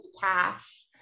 cash